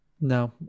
No